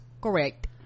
Correct